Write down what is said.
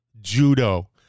judo